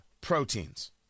proteins